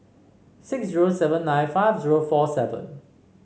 six zero seven nine five zero four seven